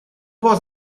può